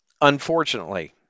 unfortunately